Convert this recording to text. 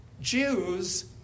Jews